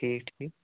ٹھیٖک ٹھیٖک